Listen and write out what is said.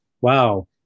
wow